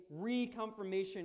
reconfirmation